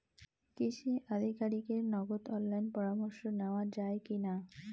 কৃষি আধিকারিকের নগদ অনলাইন পরামর্শ নেওয়া যায় কি না?